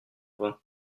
vin